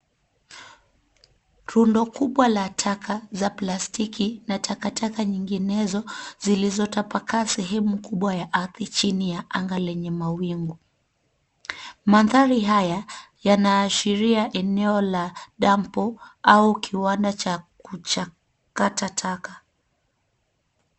Rundo kubwa la taka za plastiki na takataka nyinginezo zilizotapakaa sehemu kubwa ya ardhi chini ya anga lenye mawingu. Mandhari haya yanaashiria eneo la dampo au kiwanda cha kuchakata taka.